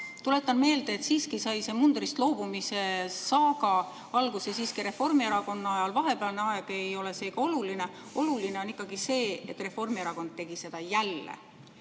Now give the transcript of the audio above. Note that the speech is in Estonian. Tuletan meelde, et siiski sai see mundrist loobumise saaga alguse Reformierakonna ajal, vahepealne aeg ei ole oluline. Oluline on ikkagi see, et Reformierakond tegi seda jälle.